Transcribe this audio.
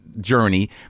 journey